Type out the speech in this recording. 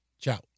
Ciao